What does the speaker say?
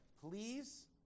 Please